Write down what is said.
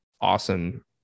awesome